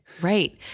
Right